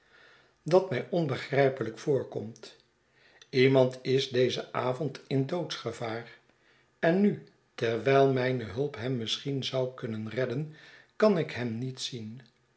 dat mij onbegrijpelijk voorkomt iemand is dezen avond in doodsgevaar en nu terwyl mijne hulp hem misschien zou kunnen redden kan ik hem niet zien